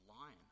lion